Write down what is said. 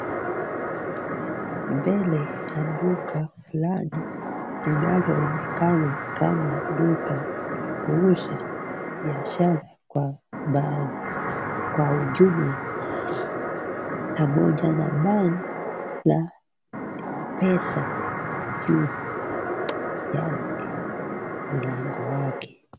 Mbele ya duka linaloonekana kama duka kuuza bidhaa mbali kwa ujumla pamoja na bango la M-Pesa juu ya mlango wake.